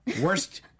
Worst